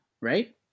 right